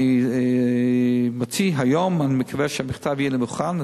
אני מוציא היום, אני מקווה שהמכתב יהיה מוכן.